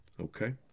okay